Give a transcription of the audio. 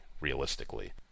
realistically